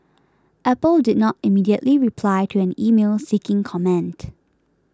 Apple did not immediately reply to an email seeking comment